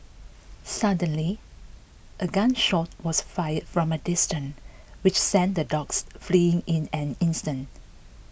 suddenly a gun shot was fired from a distance which sent the dogs fleeing in an instant